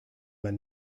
man